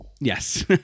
Yes